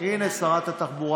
הינה שרת התחבורה,